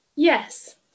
Yes